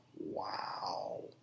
wow